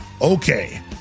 Okay